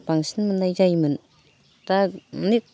बांसिन मोननाय जायोमोन दा अनेक